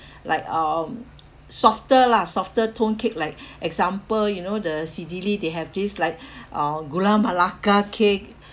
like um softer lah softer tone cake like example you know the Cedele they have this like uh gula melaka cake